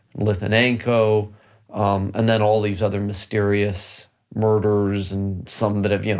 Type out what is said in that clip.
litvinenko and then all these other mysterious murders and some that have, you know